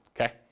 okay